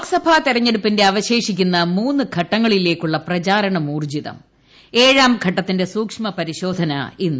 ലോക്സഭാ തെരഞ്ഞെടുപ്പിന്റെ അവശേഷിക്കുന്ന മൂന്ന് ഘട്ടങ്ങളിലേക്കുള്ള പ്രചാരണം ഊർജ്ജിതം ഏഴാംഘട്ടത്തിന്റെ സൂക്ഷ്മ പരിശോധന ഇന്ന്